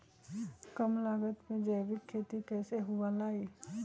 कम लागत में जैविक खेती कैसे हुआ लाई?